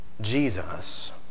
Jesus